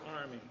army